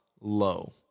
Low